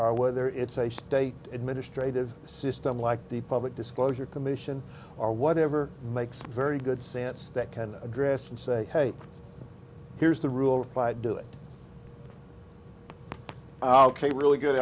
or whether it's a state administrative system like the public disclosure commission or whatever makes very good sense that can address and say hey here's the rule by do it ok really good